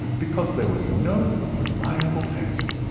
because there was no reliable test.